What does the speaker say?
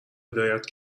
هدایت